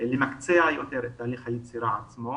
למקצע יותר את תהליך היצירה עצמו.